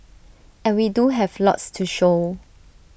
and we do have lots to show